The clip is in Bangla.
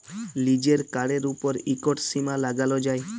লিজের কাড়ের উপর ইকট সীমা লাগালো যায়